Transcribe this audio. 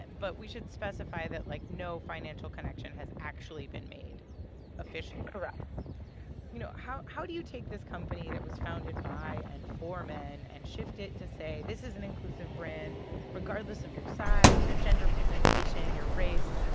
but we should specify that, like, no financial connection has actually been made officially correct you know, how how do you take this company that was founded by and for men and shift it to say, this is an inclusive brand regardless of your size, your gender presentation, your race?